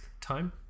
time